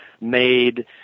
made